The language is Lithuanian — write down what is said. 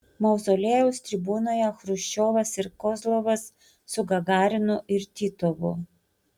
mauzoliejaus tribūnoje chruščiovas ir kozlovas su gagarinu ir titovu